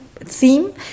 theme